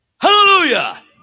Hallelujah